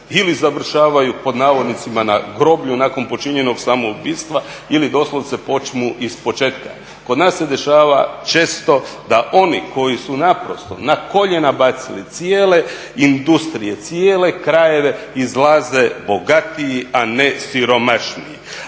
ili završavaju "na groblju" nakon počinjenog samoubojstva ili doslovce počnu ispočetka. Kod nas se dešava često da oni koji su naprosto na koljena bacili cijele industrije, cijele krajeve izlaze bogatiji a ne siromašniji.